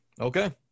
Okay